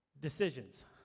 Decisions